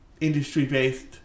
industry-based